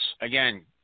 Again